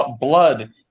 blood